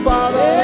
Father